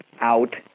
out